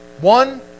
one